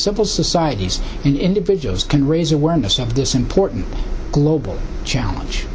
civil societies and individuals can raise awareness of this important global challenge